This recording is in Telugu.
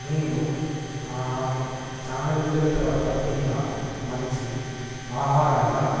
నేను చాల రోజుల తర్వాత తిన్న మంచి ఆహారంగా